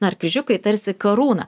na ar kryžiukai tarsi karūna